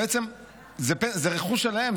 שזה רכוש שלהן,